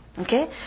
Okay